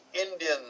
Indian